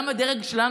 גם הדרג שלנו,